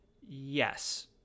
Yes